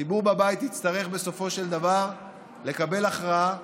הציבור בבית יצטרך בסופו של דבר לקבל הכרעה,